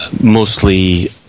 mostly